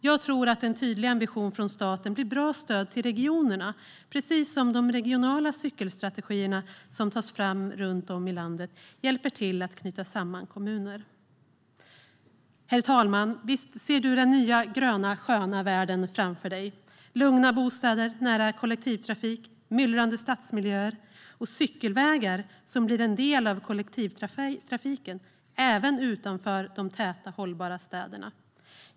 Jag tror att en tydlig ambition från staten blir ett bra stöd till regionerna, precis som de regionala cykelstrategier som tas fram runt om i landet hjälper till att knyta samman kommuner. Herr talman! Visst ser du den nya, gröna, sköna världen framför dig: lugna bostäder nära kollektivtrafik, myllrande stadsmiljöer och cykelvägar som blir en del av kollektivtrafiken även utanför de täta, hållbara städerna.